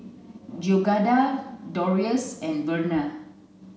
Georganna Darrius and Verna